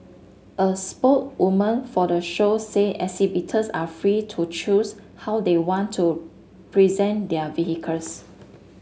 a spokeswoman for the show said exhibitors are free to choose how they want to present their